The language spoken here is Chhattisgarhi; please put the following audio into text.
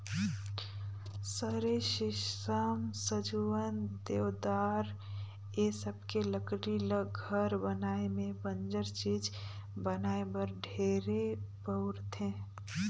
सरई, सीसम, सजुवन, देवदार ए सबके लकरी ल घर बनाये में बंजर चीज बनाये बर ढेरे बउरथे